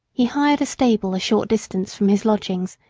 he hired a stable a short distance from his lodgings,